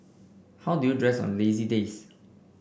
how do you dress on lazy days